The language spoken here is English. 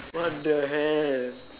what the hell